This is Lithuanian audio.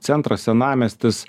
centras senamiestis